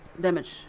damage